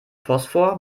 phosphor